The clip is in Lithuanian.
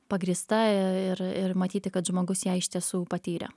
pagrįsta i ir ir matyti kad žmogus ją iš tiesų patyrė